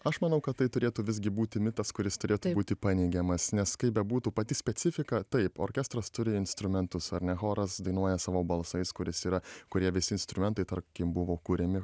aš manau kad tai turėtų visgi būti mitas kuris turėtų būti paneigiamas nes kaip bebūtų pati specifika taip orkestras turi instrumentus ar ne choras dainuoja savo balsais kuris yra kurie visi instrumentai tarkim buvo kuriami